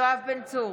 יואב בן צור,